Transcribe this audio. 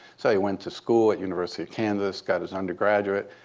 so he went to school at university of kansas, got his undergraduate.